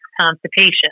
constipation